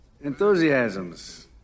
enthusiasms